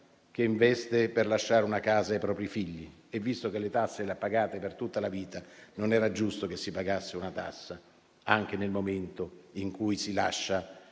e investe per lasciare una casa ai propri figli e visto che le tasse le ha pagate per tutta la vita non era giusto che si pagasse una tassa anche nel momento in cui si lascia